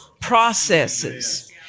processes